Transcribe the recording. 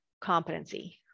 competency